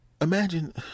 imagine